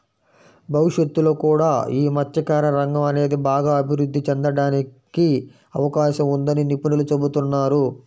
భవిష్యత్తులో కూడా యీ మత్స్యకార రంగం అనేది బాగా అభిరుద్ధి చెందడానికి అవకాశం ఉందని నిపుణులు చెబుతున్నారు